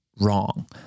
wrong